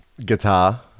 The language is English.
Guitar